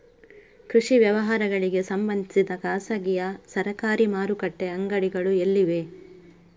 ಕೃಷಿ ವ್ಯವಹಾರಗಳಿಗೆ ಸಂಬಂಧಿಸಿದ ಖಾಸಗಿಯಾ ಸರಕಾರಿ ಮಾರುಕಟ್ಟೆ ಅಂಗಡಿಗಳು ಎಲ್ಲಿವೆ?